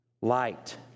light